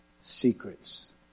secrets